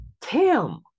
Tim